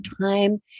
time